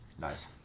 Nice